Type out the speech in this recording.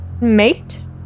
mate